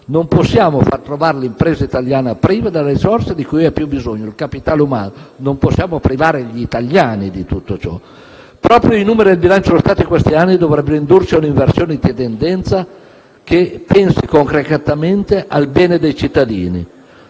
Non possiamo permettere che le imprese italiane si trovino prive delle risorse di cui hanno più bisogno, il capitale umano; non possiamo privare gli italiani di tutto ciò. Proprio i numeri del bilancio dello Stato di questi anni dovrebbero indurci a un'inversione di tendenza che pensi concretamente al bene dei cittadini.